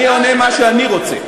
אני עונה מה שאני רוצה.